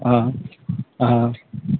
हँ हँ